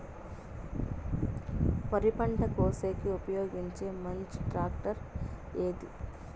వరి పంట కోసేకి ఉపయోగించే మంచి టాక్టర్ ఏది?